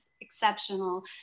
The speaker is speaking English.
exceptional